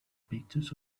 pictures